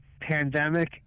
pandemic